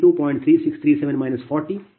79 MW